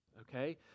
okay